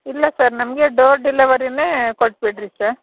ಇಲ್ಲ ಸರ್ ನಮಗೆ ಡೋರ್ ಡೆಲವರಿನೇ ಕೊಟ್ಟು ಬಿಡಿರಿ ಸರ್